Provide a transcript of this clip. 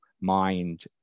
mind